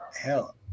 hell